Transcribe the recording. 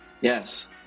yes